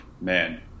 Man